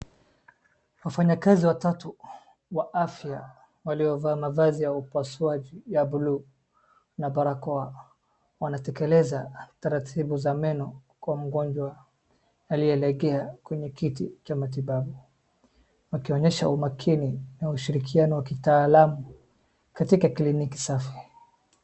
Wafanyakazi watatu wa afya waliovaa mavazi ya upasuaji ya buluu na barakoa wanatekeleza taratibu za meno kwa mgonjwa aliyelegea kwenye kiti cha matibabu akionyesha umakini na ushrikiano wa kitaalamu katika kliniki safi .